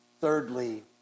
Thirdly